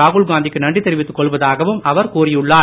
ராகுல்காந்திக்கு நன்றி தெரிவித்துக் கொள்வதாகவும் அவர் கூறியுள்ளார்